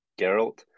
Geralt